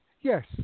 yes